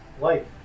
life